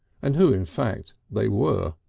and who in fact they were.